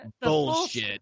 bullshit